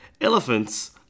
Elephants